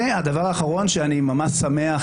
והדבר האחרון הוא שאני ממש שמח,